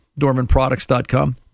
DormanProducts.com